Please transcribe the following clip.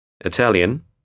Italian